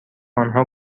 آنها